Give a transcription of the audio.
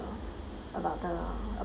about about the